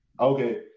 okay